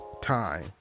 time